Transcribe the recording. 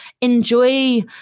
enjoy